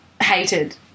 Hated